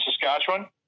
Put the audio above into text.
Saskatchewan